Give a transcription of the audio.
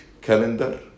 calendar